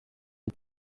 iki